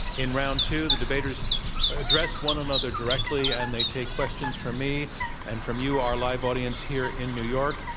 in round two, the debaters address one another directly, and they take questions from me and from you, our live audience here in new york.